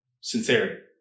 Sincerity